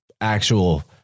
actual